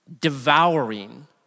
devouring